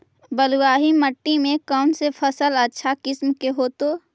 बलुआही मिट्टी में कौन से फसल अच्छा किस्म के होतै?